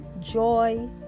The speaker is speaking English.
Joy